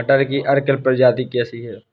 मटर की अर्किल प्रजाति कैसी है?